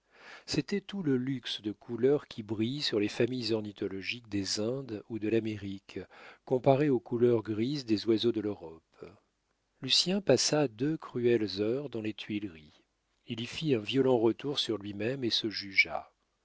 c'était tout le luxe de couleurs qui brille sur les familles ornithologiques des indes ou de l'amérique comparé aux couleurs grises des oiseaux de l'europe lucien passa deux cruelles heures dans les tuileries il y fit un violent retour sur lui-même et se jugea